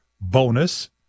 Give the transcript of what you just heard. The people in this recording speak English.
bonus